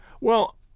Well